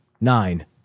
nine